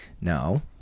No